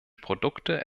produkte